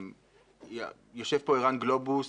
יושב פה ערן גלובוס,